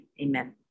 amen